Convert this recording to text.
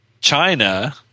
China